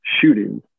shootings